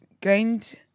gained